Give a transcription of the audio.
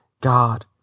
God